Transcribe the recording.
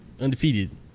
undefeated